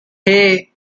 hey